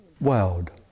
world